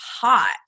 hot